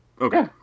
Okay